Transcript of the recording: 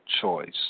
choice